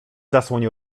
zasłoń